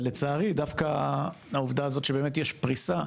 ולצערי דווקא העובדה הזאת שבאמת יש פריסה,